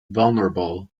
vulnerable